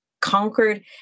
conquered